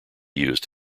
used